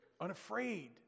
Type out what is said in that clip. unafraid